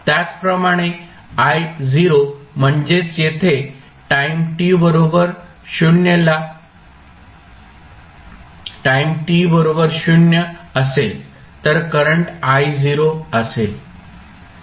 त्याचप्रमाणे i म्हणजेच येथे टाईम t बरोबर 0 असेल तर करंट I0 असेल